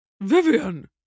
Vivian